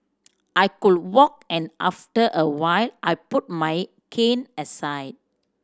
I could walk and after a while I put my cane aside